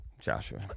Joshua